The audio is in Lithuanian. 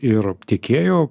ir tiekėjų